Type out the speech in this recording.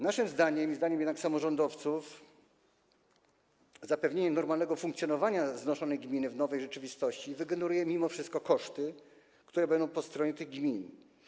Naszym zdaniem i zdaniem samorządowców zapewnienie normalnego funkcjonowania znoszonej gminy w nowej rzeczywistości wygeneruje mimo wszystko koszty, które znajdą się po stronie tych gmin.